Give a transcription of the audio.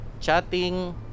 chatting